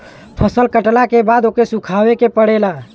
फसल कटला के बाद ओके सुखावे के पड़ेला